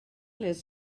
les